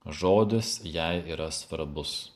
žodis jai yra svarbus